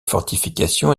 fortifications